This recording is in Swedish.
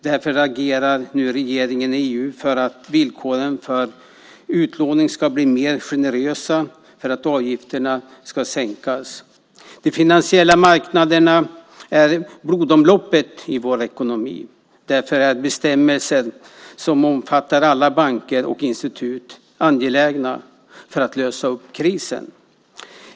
Därför agerar regeringen nu i EU för att villkoren för utlåning ska bli mer generösa och avgifterna ska sänkas. De finansiella marknaderna är blodomloppet i vår ekonomi. Därför är bestämmelser som omfattar alla banker och institut angelägna för att lösa krisen.